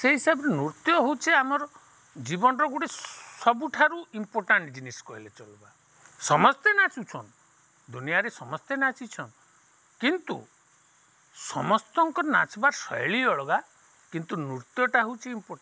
ସେଇ ହିସାବରେ ନୃତ୍ୟ ହଉଛେ ଆମର ଜୀବନର ଗୋଟେ ସବୁଠାରୁ ଇମ୍ପୋର୍ଟାଣ୍ଟ୍ ଜିନିଷ କହିଲେ ଚଲବା ସମସ୍ତେ ନାଚୁଛନ୍ ଦୁନିଆଁରେ ସମସ୍ତେ ନାଚିଛନ୍ କିନ୍ତୁ ସମସ୍ତଙ୍କ ନାଚବାର୍ ଶୈଳୀ ଅଳଗା କିନ୍ତୁ ନୃତ୍ୟଟା ହଉଚି ଇମ୍ପୋର୍ଟାଣ୍ଟ୍